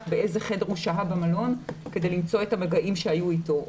באיזה חדר הוא שהה במלון כדי למצוא את המגעים שהיו איתו,